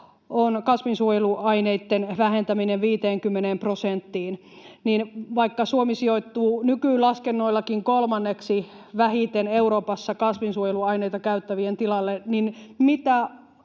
on kasvinsuojeluaineiden vähentäminen 50 prosenttiin ja vaikka Suomi sijoittuu nykylaskennoillakin kolmanneksi vähiten Euroopassa kasvinsuojeluaineita käyttävien tilalle,